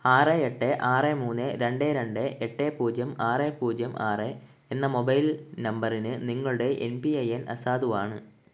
ആറ് എട്ട് ആറ് മൂന്ന് രണ്ട് രണ്ട് എട്ട് പൂജ്യം ആറ് പൂജ്യം ആറ് എന്ന മൊബൈൽ നമ്പറിന് നിങ്ങളുടെ എം പി ഐ എൻ അസാധുവാണ്